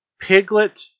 Piglet